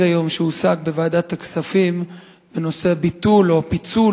שהושג היום בוועדת הכספים בנושא ביטולו או פיצולו